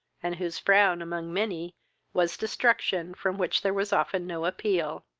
and whose frown among many was destruction from which there was often no appeal.